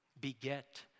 beget